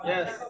Yes